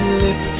lip